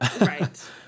Right